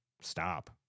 stop